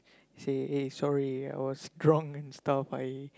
say eh sorry I was drunk and stuff I